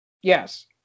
Yes